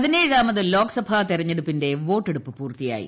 പതിനേഴാമത് ലോക്സഭ തെരഞ്ഞെടുപ്പിന്റെ വോട്ടെടുപ്പ് പൂർത്തിയായി